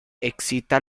excita